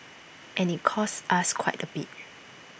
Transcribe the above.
and IT costs us quite A bit